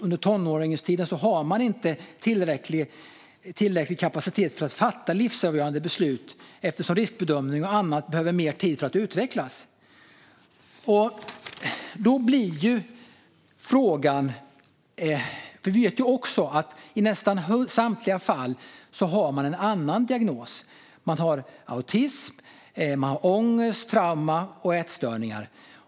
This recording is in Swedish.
Under tonårstiden har man inte tillräcklig kapacitet för att fatta livsavgörande beslut eftersom förmågan att göra en riskbedömning och annat behöver mer tid för att utvecklas. Vi vet också att i nästan samtliga fall har man en annan diagnos. Man kan ha autism, ångest, trauma eller ätstörningar.